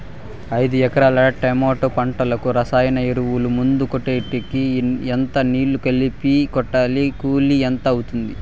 ఐదు ఎకరాల టమోటా పంటకు రసాయన ఎరువుల, మందులు కొట్టేకి ఎంత నీళ్లు కలిపి కొట్టాలి? కూలీ ఎంత అవుతుంది?